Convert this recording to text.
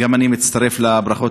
גם אני מצטרף לברכות,